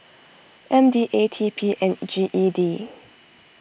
M D A T P and G E D